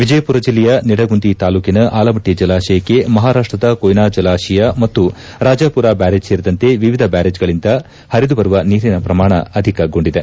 ವಿಜಯಪುರ ಜಿಲ್ಲೆಯ ನಿಡಗುಂದಿ ತಾಲೂಕಿನ ಆಲಮಟ್ಟಿ ಜಲಾಶಯಕ್ಕೆ ಮಹಾರಾಷ್ಷದ ಕೊಯ್ನಾ ಜಲಾಶಯ ಮತ್ತು ರಾಜಾಪುರ ಬ್ಯಾರೇಜ್ ಸೇರಿದಂತೆ ವಿವಿಧ ಬ್ಯಾರೇಜ್ ಗಳಿಂದ ಹರಿದು ಬರುವ ನೀರಿನ ಪ್ರಮಾಣ ಅಧಿಕಗೊಂಡಿದೆ